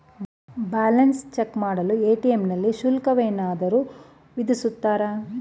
Balance check ಮಾಡಲು ATM ನಲ್ಲಿ ಶುಲ್ಕವೇನಾದರೂ ವಿಧಿಸುತ್ತಾರಾ?